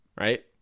right